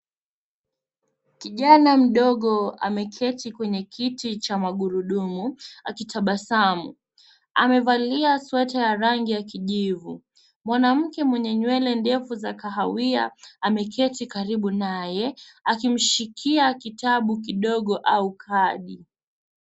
Kijana mdogo ameketi kwenye kiti cha magurudumu akitabasamu. Amevalia sweta ya rangi ya kijivu. Mwanamke mwenye nywele ndefu za kahawia ameketi karibu naye akimshikia kitabu kidogo au kadi.